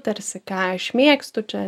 tarsi ką aš mėgstu čia